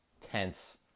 tense